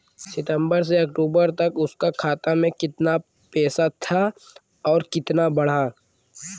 सितंबर से अक्टूबर तक उसका खाता में कीतना पेसा था और कीतना बड़ा?